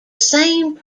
same